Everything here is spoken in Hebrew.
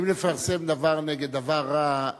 האם לפרסם דבר נגד דבר רע,